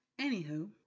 Anywho